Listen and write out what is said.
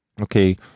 okay